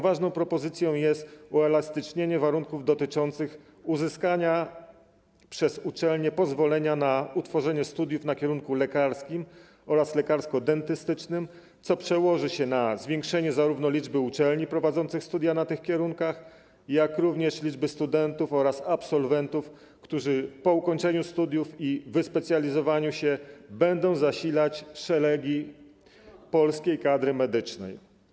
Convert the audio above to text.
Ważną propozycją jest uelastycznienie warunków dotyczących uzyskania przez uczelnie pozwolenia na utworzenie studiów na kierunku lekarskim oraz kierunku lekarsko-dentystycznym, co przełoży się na zwiększenie zarówno liczby uczelni prowadzących studia na tych kierunkach, jak również liczby studentów oraz absolwentów, którzy po ukończeniu studiów i wyspecjalizowaniu się będą zasilać szeregi polskiej kadry medycznej.